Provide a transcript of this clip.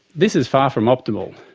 this is far from optimal.